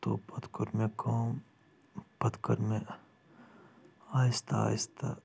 تہٕ پتہٕ کٔر مےٚ کٲم پتہٕ کٔر مےٚ آیستہ آیستہ